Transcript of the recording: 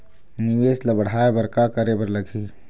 निवेश ला बढ़ाय बर का करे बर लगही?